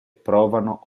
provano